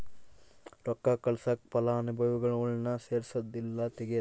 ರೊಕ್ಕ ಕಳ್ಸಾಕ ಫಲಾನುಭವಿಗುಳ್ನ ಸೇರ್ಸದು ಇಲ್ಲಾ ತೆಗೇದು